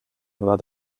war